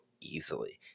easily